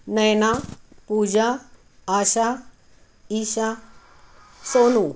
नैना पूजा आशा ईशा सो नू